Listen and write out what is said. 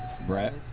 Brett